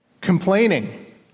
complaining